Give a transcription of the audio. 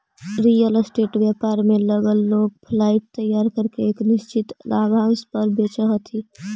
real estate व्यापार में लगल लोग फ्लाइट तैयार करके एक निश्चित लाभांश पर बेचऽ हथी